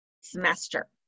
semester